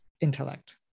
intellect